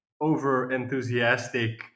over-enthusiastic